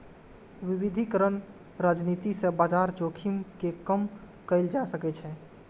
विविधीकरण रणनीति सं बाजार जोखिम कें कम कैल जा सकै छै